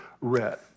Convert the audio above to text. read